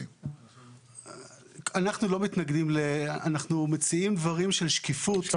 אנחנו מציעים דברים של שקיפות.